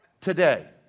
today